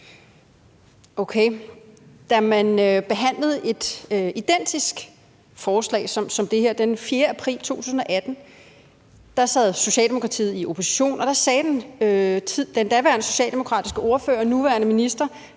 Da man behandlede et forslag identisk med det her den 4. april 2018, sad Socialdemokratiet i opposition, og der sagde den daværende socialdemokratiske ordfører og nuværende minister,